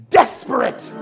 desperate